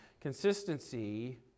Consistency